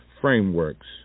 frameworks